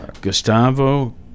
Gustavo